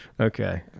Okay